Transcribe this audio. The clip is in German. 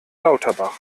lauterbach